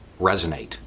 resonate